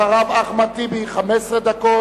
אחריו אחמד טיבי 15 דקות,